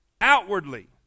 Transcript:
Outwardly